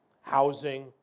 housing